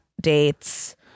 dates